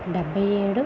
డెబ్భై ఏడు